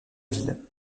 ville